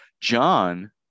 john